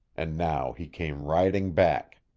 and now he came riding back.